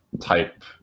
type